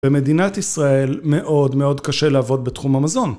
במדינת ישראל מאוד מאוד קשה לעבוד בתחום המזון.